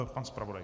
Pan zpravodaj.